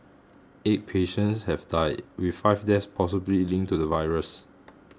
eight patients have died with five deaths possibly linked to the virus